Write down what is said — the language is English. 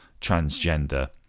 transgender